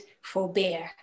forbear